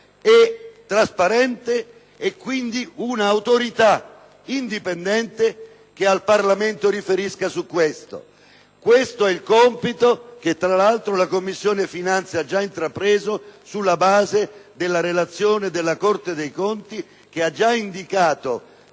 e trasparente, e quindi un'autorità indipendente che riferisca su questo alle Camere. Questo è il compito che, tra l'altro, la Commissione finanze ha già intrapreso sulla base della relazione della Corte dei conti, che ha già indicato